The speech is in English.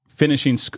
finishing